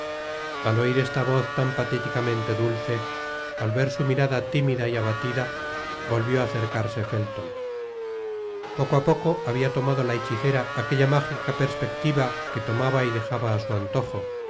al oir esta voz tan patéticamente dulce al ver su mirada timida y abatida volvió á acercarse felton poco á poco habia tomado la hechicera aquella mágica perspectiva que tomaba y dejaba á su antojo